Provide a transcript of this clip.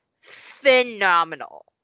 phenomenal